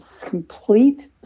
complete